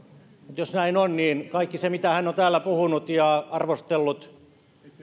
jos näin on niin kaikki se mitä hän on täällä puhunut ja arvostellut